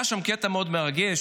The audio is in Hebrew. היה שם קטע מאוד מרגש,